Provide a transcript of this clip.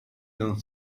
non